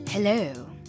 Hello